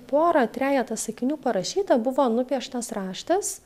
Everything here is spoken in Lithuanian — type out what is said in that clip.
pora trejeta sakinių parašyta buvo nupieštas raštas